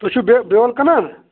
تُہۍ چھُو بیوٚل کٕنان